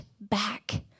back